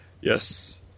Yes